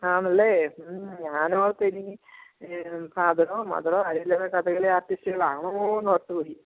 ആണല്ലേ മ്മ് ഞാനോർത്തു ഇനി ഫാദറോ മതറോ ആരെങ്കിലുലോക്കെ കഥകളി ആർട്ടിസ്റ്റുകളാണോന്ന് ഓർത്തു പോയി